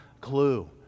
clue